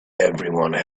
everyone